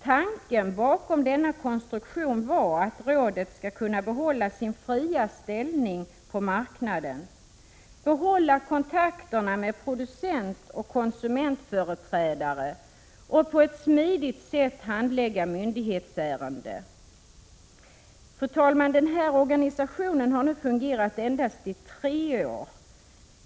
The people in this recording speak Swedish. Tanken bakom denna konstruktion var att rådet skall kunna behålla sin fria ställning på marknaden samt kontakterna med producentoch konsumentföreträdare och på ett smidigt sätt handlägga myndighetsärenden. Den här organisationen har nu fungerat endast i tre år.